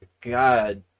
God